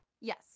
yes